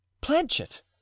planchet